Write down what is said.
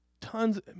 tons